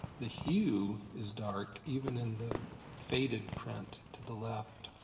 the hue is dark even in the faded print to the left.